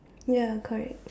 ya correct